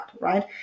right